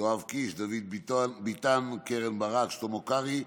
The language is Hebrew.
יואב קיש, דוד ביטן, קרן ברק, שלמה קרעי,